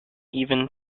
even